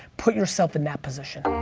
put yourself in that position.